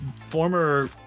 former